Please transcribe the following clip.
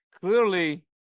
clearly